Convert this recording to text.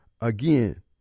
again